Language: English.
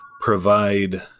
provide